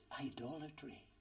idolatry